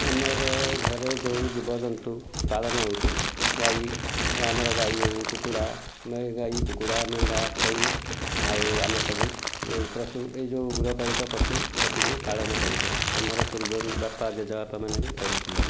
ଆମର ଘରେ ଯେଉଁ ଜୀବଜନ୍ତୁ ପାଳନ ହଉଛି ଗାଈ ଆମର ଗାଈ ହଉ କୁକୁଡ଼ା ଆମେ ଗାଈ କୁକୁଡ଼ା ମେଣ୍ଡା ଛେଳି ଆଉ ଆମେ ସବୁ ପଶୁ ଏଇ ଯେଉଁ ଗୃହପାଳିତ ପଶୁ ପକ୍ଷୀଙ୍କୁ ପାଳନ କରୁଛୁ ଆମର ପୂର୍ବରୁ ବାପା ଜେଜେବାପା ମାନେ ବି କରୁଥିଲେ